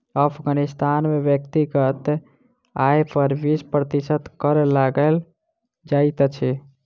अफ़ग़ानिस्तान में व्यक्तिगत आय पर बीस प्रतिशत कर लगायल जाइत अछि